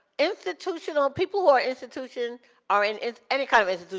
institutional, people who are institution are in, any kind of